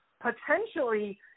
potentially